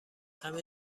همه